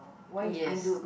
yes